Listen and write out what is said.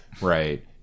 right